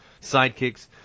sidekicks